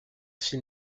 s’il